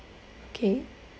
okay